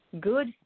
good